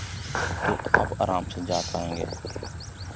तो आप अराम से जा पाएँगे